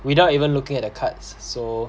without even looking at the cards so